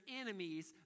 enemies